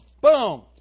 Boom